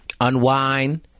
unwind